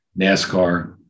NASCAR